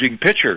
pitcher